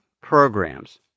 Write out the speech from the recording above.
programs